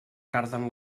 carden